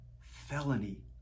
felony